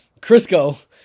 Crisco